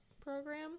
program